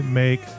make